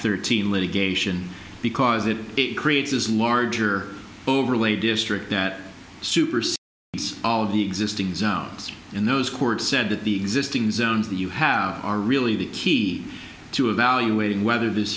thirteen litigation because it creates this larger overlay district that superstar all of the existing zones in those courts said that the existing zones that you have are really the key to evaluating whether this